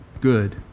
good